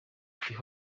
hip